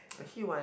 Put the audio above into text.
actually why